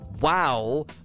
Wow